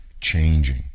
changing